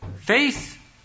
Faith